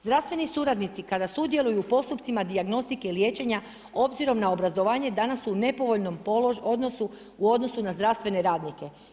Zdravstveni suradnici, kada sudjeluju u postupcima dijagnostike liječenja, obzirom na obrazovanje, danas su u nepovoljnom odnosu u odnosu na zdravstven radnike.